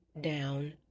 down